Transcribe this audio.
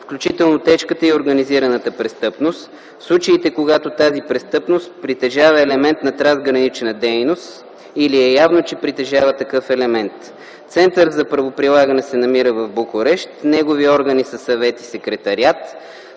включително тежката и организираната престъпност, в случаите, когато тази престъпност притежава елемент на трансгранична дейност или е явно, че притежава такъв елемент. Центърът за правоприлагане се намира в Букурещ. Негови органи са Съвет и Секретариат.